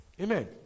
Amen